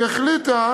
היא החליטה